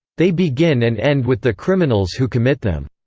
they begin and end with the criminals who commit them,